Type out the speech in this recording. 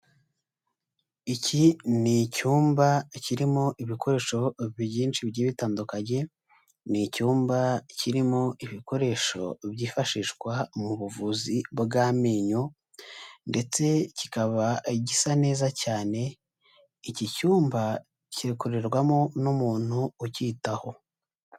Iki ni icyumba kirimo ibikoresho byinshi bigiye bitandukanye, ni icyumba kirimo ibikoresho byifashishwa mu buvuzi bw'amenyo ndetse kikaba gisa neza cyane, iki cyumba gikorerwamo n'umuntu ukitaho.